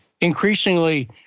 increasingly